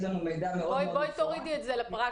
לנו מידע מאוד מפורט --- בואי תורידי את זה לפרקטיקה.